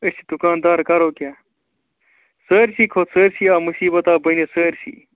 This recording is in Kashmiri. أسۍ دُکانٛدار کَرَو کیٛاہ سٲرِسٕے کھوٚت سٲرِسٕے آو مُصیٖبت آو بٔنِتھ سٲرِسٕے